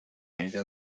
ella